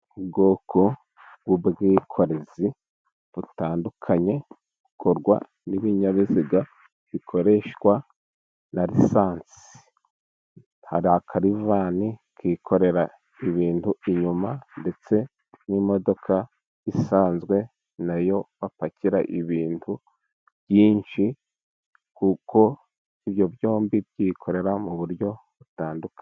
Ubwoko bw'ubwikorezi butandukanye, bukorwa n'ibinyabiziga bikoreshwa na risansi. Hari akarivani kikorera ibintu inyuma, ndetse n'imodoka isanzwe na yo bapakira ibintu byinshi, kuko ibyo byombi byikorera mu buryo butandukanye.